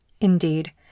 Indeed